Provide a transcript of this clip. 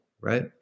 Right